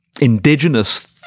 indigenous